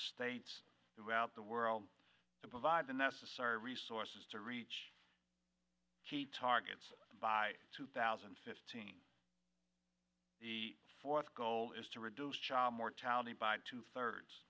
states throughout the world to provide the necessary resources to reach key targets by two thousand and fifteen the fourth goal is to reduce child mortality by two thirds